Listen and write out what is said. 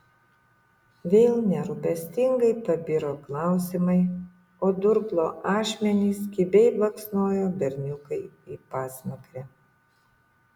vėl nerūpestingai pabiro klausimai o durklo ašmenys kibiai baksnojo berniukui į pasmakrę